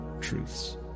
truths